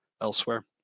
elsewhere